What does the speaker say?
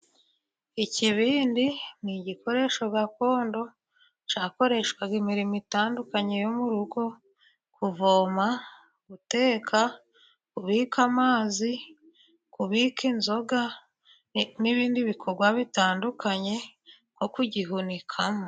Ikibindi ni igikoresho gakondo cyakoreshwaga imirimo itandukanye yo mu rugo, kuvoma, guteka, kubika amazi, kubika inzoga, n'ibindi bikorwa bitandukanye, nko kugihunikamo.